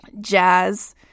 jazz